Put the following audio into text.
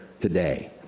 today